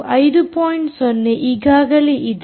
0 ಈಗಾಗಲೇ ಇದೆ